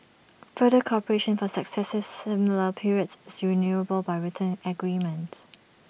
further cooperation for successive similar periods is renewable by written agreement